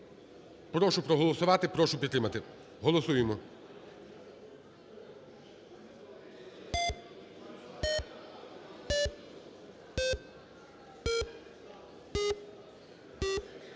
Прошу проголосувати, прошу підтримати. Голосуємо.